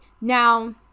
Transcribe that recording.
Now